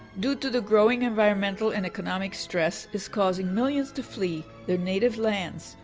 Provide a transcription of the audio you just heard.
due to the growing environmental and economic stress is causing millions to flee their native lands,